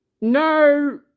No